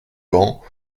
bancs